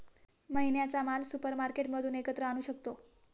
महिन्याचा माल सुपरमार्केटमधून एकत्र आणू शकतो